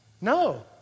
No